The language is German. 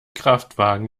kraftwagen